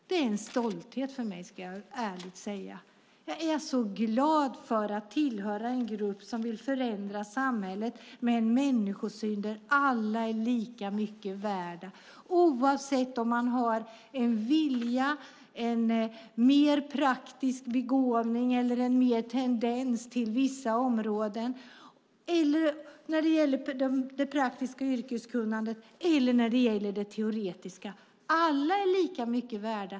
Det är en stolthet för mig, ska jag ärligt säga. Jag är så glad att höra till en grupp som vill förändra samhället med en människosyn där alla är lika mycket värda oavsett om man har praktisk eller teoretisk begåvning. Alla är lika mycket värda.